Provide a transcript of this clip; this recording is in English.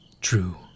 True